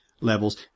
levels